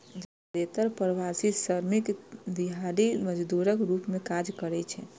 जादेतर प्रवासी श्रमिक दिहाड़ी मजदूरक रूप मे काज करै छै